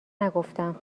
نگفتم